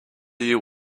you